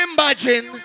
Imagine